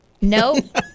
Nope